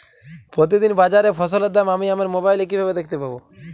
প্রতিদিন বাজারে ফসলের দাম আমি আমার মোবাইলে কিভাবে দেখতে পাব?